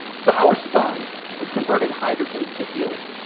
so, our sun is converting hydrogen to helium.